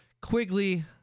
Quigley